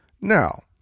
Now